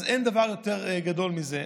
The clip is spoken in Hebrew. אז אין דבר יותר גדול מזה.